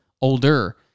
older